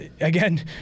again